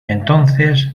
entonces